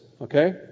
okay